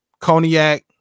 Cognac